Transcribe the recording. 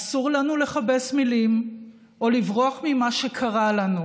אסור לנו לכבס מילים או לברוח ממה שקרה לנו,